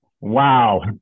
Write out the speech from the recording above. Wow